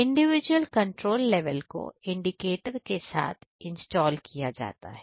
individual control level को indicator के साथ इंस्टॉल किया जाता है